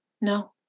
No